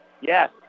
Yes